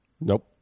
Nope